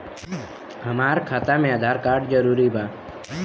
हमार खाता में आधार कार्ड जरूरी बा?